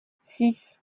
six